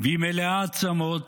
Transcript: והיא מלאה עצמות.